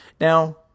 Now